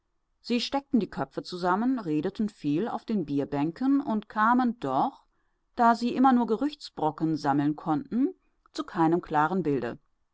sie steckten die köpfe zusammen redeten viel auf den bierbänken und kamen doch da sie immer nur gerüchtsbrocken sammeln konnten zu keinem klaren bilde